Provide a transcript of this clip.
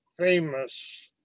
famous